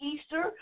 Easter